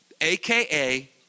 aka